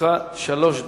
לרשותך שלוש דקות.